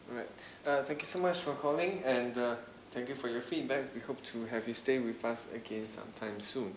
alright uh thank you so much for calling and uh thank you for your feedback we hope to have you stay with us again sometime soon